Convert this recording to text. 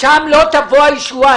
משם לא תבוא הישועה,